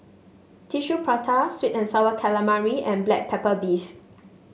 Tissue Prata sweet and sour calamari and Black Pepper Beef